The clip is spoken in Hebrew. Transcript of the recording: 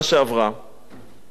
הייתי באפריל עוד פעם אחת